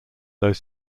though